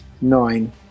Nine